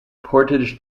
portage